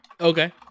Okay